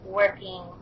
working